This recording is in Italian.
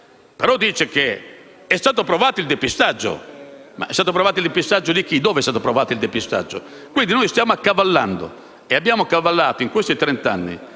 Però dice che era stato provato il depistaggio. Il depistaggio di chi? Dove è stato provato il depistaggio? Noi stiamo accavallando ed abbiamo accavallato in questi trent'anni